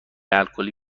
الکلی